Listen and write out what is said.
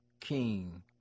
king